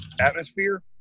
atmosphere